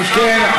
אם כן,